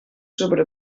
sobre